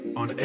on